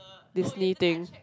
Disney things